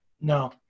No